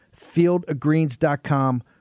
Fieldofgreens.com